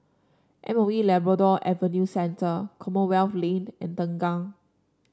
M O E Labrador Adventure Center Commonwealth Lane and Tengah